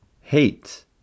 hate